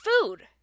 food